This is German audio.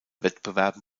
wettbewerben